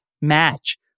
match